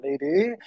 lady